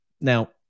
Now